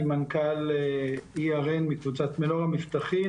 אני מנכ"ל ERN מקבוצת מנורה מבטחים